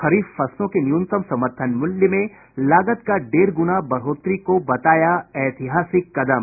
खरीफ फसलों के न्यूनतम समर्थन मूल्य में लागत का डेढ़ गुना बढ़ोत्तरी को बताया ऐतिहासिक कदम